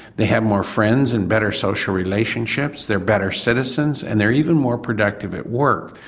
they have more friends and better social relationships, they are better citizens and they are even more productive at work.